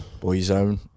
Boyzone